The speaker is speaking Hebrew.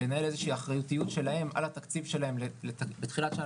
לנהל איזושהי אחריותיות שלהם על התקציב שלהם לתחילת שנה,